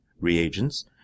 reagents